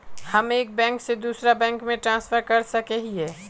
हम एक बैंक से दूसरा बैंक में ट्रांसफर कर सके हिये?